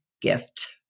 gift